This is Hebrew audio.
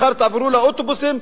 מחר תעברו לאוטובוסים,